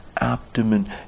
abdomen